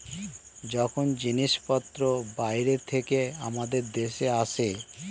যখন জিনিসপত্র বাইরে থেকে আমাদের দেশে আসে